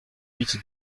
huit